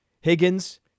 Higgins